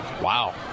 Wow